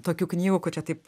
tokių knygų ko čia taip